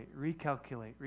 recalculate